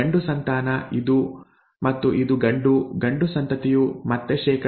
ಗಂಡು ಸಂತಾನ ಇದು ಮತ್ತು ಇದು ಗಂಡು ಗಂಡು ಸಂತತಿಯು ಮತ್ತೆ ಶೇ